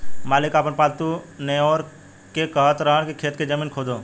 मालिक आपन पालतु नेओर के कहत रहन की खेत के जमीन खोदो